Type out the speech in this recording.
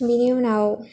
बेनि उनाव